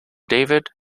david